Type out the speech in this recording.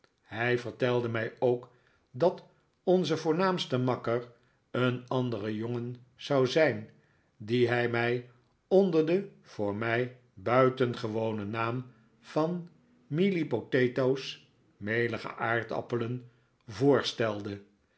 hij vertelde mij ook dat onze voornaamste makker een andere jongen zou zijn dien hij mij onder den voor mij buitengewonen naam van mealy potatoes melige aardappelen voorstelde